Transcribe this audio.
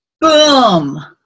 Boom